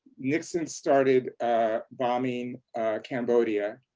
nixon started bombing cambodia.